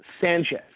Sanchez